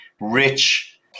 rich